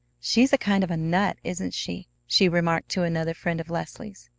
she's a kind of a nut, isn't she? she remarked to another friend of leslie's.